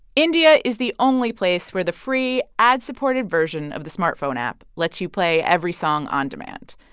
india is the only place where the free, ad-supported version of the smartphone app lets you play every song on demand.